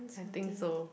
I think so